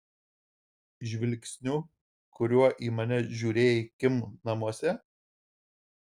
žvilgsniu kuriuo į mane žiūrėjai kim namuose